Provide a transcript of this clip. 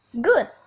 Good